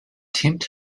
tempt